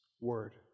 Word